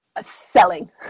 Selling